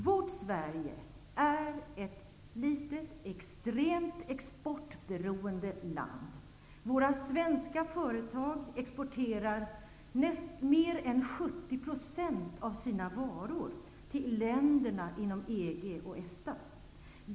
Vårt Sverige är ett litet extremt exportberoende land. Våra svenska företag exporterar mer än 70 % av sina varor till länder inom EG och EFTA.